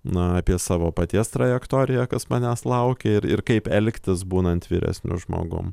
na apie savo paties trajektoriją kas manęs laukia ir ir kaip elgtis būnant vyresniu žmogum